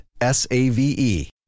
S-A-V-E